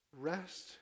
Rest